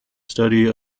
study